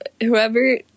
whoever